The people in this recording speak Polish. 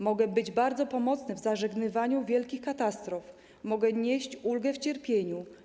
Mogę być bardzo pomocny w zażegnywaniu wielkich katastrof, mogę nieść ulgę w cierpieniu.